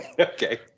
okay